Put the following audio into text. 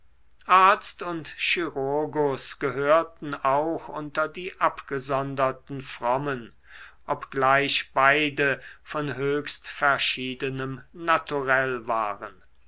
arzt und chirurgus gehörten auch unter die abgesonderten frommen obgleich beide von höchst verschiedenem naturell waren